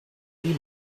die